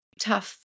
tough